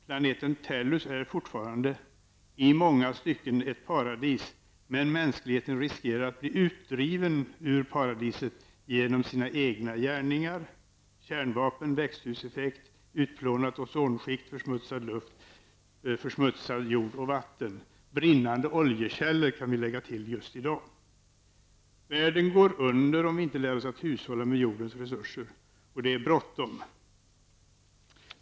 Planeten Tellus är fortfarande i många stycken ett paradis, men mänskligheten riskerar att bli utdriven ur paradiset genom sina egna gärningar -- kärnvapen, växthuseffekt, utplånat ozonskikt, försmutsad luft, försmutsad jord och försmutsat vatten. Brinnande oljekällor kan vi just i dag lägga till. Världen går under om vi inte lär oss att hushålla med jordens resurser. Och det är bråttom.